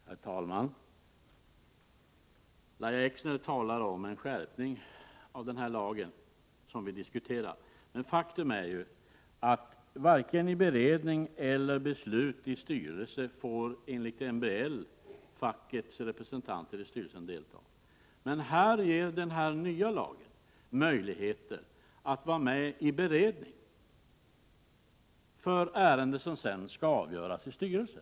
Herr talman! Lahja Exner talar om en skärpning av den lag som vi diskuterar, men det är ett faktum att enligt MBL fackets representanter varken får delta i beredning eller i beslut i styrelse. Lagförslaget ger emellertid möjligheter för dem att vara med i beredning av ärende som sedan skall avgöras i styrelse.